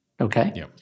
okay